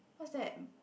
what's that